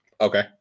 Okay